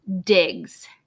digs